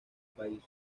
país